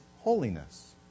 holiness